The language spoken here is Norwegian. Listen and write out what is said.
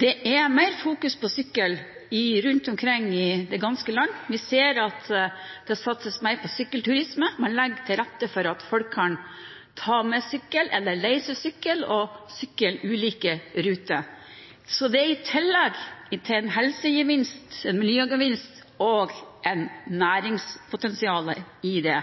det er mer fokus på sykkel rundt omkring i det ganske land. Vi ser at det satses mer på sykkelturisme, man legger til rette for at folk kan ta med sykkel eller leie seg sykkel og sykle ulike ruter. Så i tillegg til en helsegevinst er det en miljøgevinst og et næringspotensial i det.